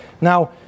Now